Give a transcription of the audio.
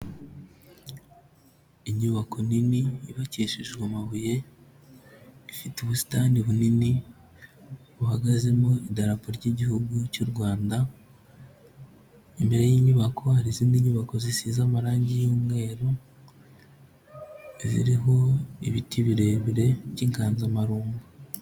Inyubako nini, yubakishijwe amabuye, ifite ubusitani bunini, buhagazemo idarapo ry'igihugu cy'u Rwanda, imbere y'inyubako hari izindi nyubako zisize amarangi y'umweru, ziriho ibiti birebire, by'inganzamarumbo.